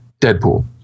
Deadpool